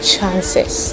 chances